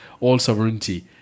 all-sovereignty